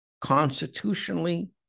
constitutionally